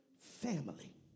family